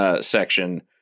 Section